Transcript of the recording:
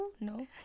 No